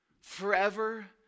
Forever